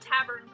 Tavern